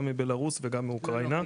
גם מבלארוס וגם מאוקראינה.